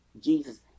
Jesus